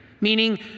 meaning